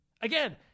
again